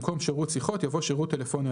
במקום "שירות שיחות" יבוא "שירות טלפוניה